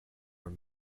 were